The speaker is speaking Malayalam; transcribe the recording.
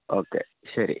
ഓക്കെ ശരി